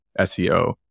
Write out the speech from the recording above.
SEO